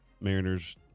Mariners